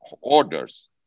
orders